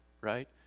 right